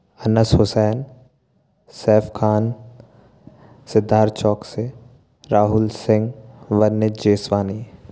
Hans Hussain Saif Khan Siddharth Chouksey Rahul Singh Vanya Jaiswani